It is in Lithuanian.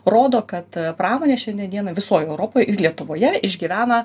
rodo kad pramonė šiandien dienai visoj europoj ir lietuvoje išgyvena